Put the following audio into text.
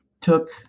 took